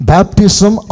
Baptism